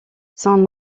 son